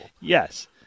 Yes